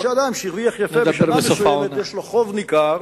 כשם שאדם שהרוויח יפה בשנה מסוימת ויש לו חוב ניכר